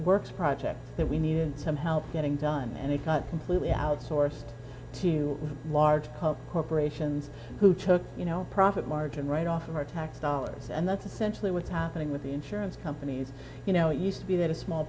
works project that we needed some help getting done and it cut completely outsourced to large pulp corporations who took you know profit margin right off of our tax dollars and that's essentially what's happening with the insurance companies you know it used to be that a small